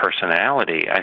personality